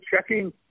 checking